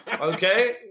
Okay